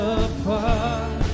apart